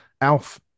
Alf